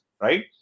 right